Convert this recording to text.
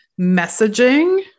messaging